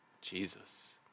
Jesus